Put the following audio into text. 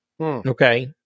Okay